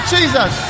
Jesus